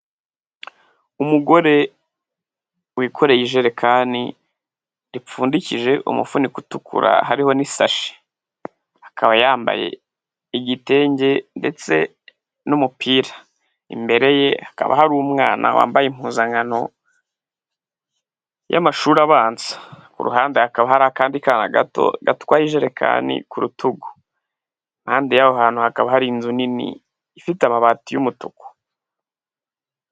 Umugore wikoreye ijerekani ripfundikije umufuniko utukura hariho n'isashi, akaba yambaye igitenge ndetse n'umupira, imbere ye hakaba hari umwana wambaye impuzankano y'amashuri abanza, ku ruhande hakaba hari akandi kana gato gatwaye ijerekani ku rutugu, impande y'aho hantu hakaba hari inzu nini ifite amabati y'umutuku.